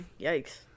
yikes